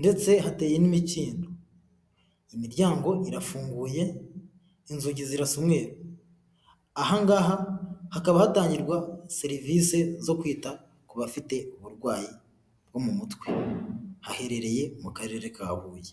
ndetse hateye n'imicyindo imiryango irafunguye inzugi zirashiwehangaha hakaba hatangirwa serivisi zo kwita ku bafite uburwayi bwo mu mutwe haherereye mu karere ka huye.